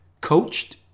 coached